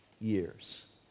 years